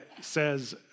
says